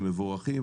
הם מבורכים,